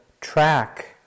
track